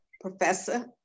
professor